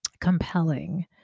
compelling